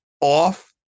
off